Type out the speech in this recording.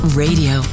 radio